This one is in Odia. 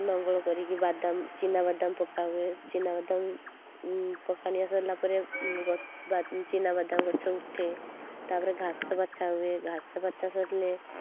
ନଙ୍ଗଳ କରିକି ବାଦାମ୍ ଚିନାବାଦାମ୍ ପକା ହୁଏ ଚିନାବାଦାମ୍ ପକାଣିଆ ସରିଲା ପରେ ଚିନାବାଦାମ୍ ଗଛ ଉଠେ ତା'ପରେ ଘାସ ବଛା ହୁଏ ଘାସ ବଛା ସରିଲେ